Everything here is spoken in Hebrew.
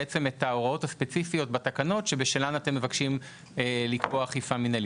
את ההוראות הספציפיות בתקנות שבשלן אתם מבקשים לקבוע אכיפה מנהלית.